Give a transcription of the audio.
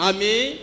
Amen